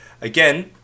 Again